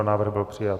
Návrh byl přijat.